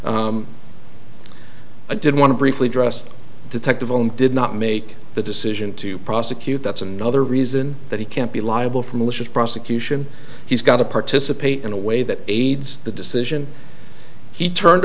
and didn't want to briefly address detectaphone did not make the decision to prosecute that's another reason that he can't be liable for malicious prosecution he's got to participate in a way that aids the decision he turned